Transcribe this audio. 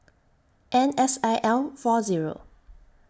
N S I L four Zero